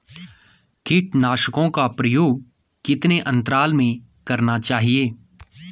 कीटनाशकों का प्रयोग कितने अंतराल में करना चाहिए?